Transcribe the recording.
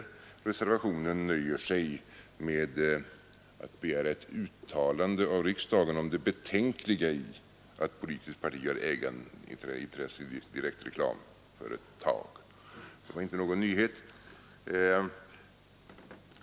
I reservationen nöjer man sig med att begära ett uttalande av riksdagen om det betänkliga i att politiskt parti har ägarintresse i ett visst direktreklamföretag. Det var inte någon nyhet.